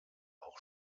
auch